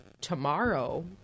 tomorrow